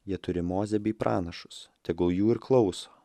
jie turi mozę bei pranašus tegul jų ir klauso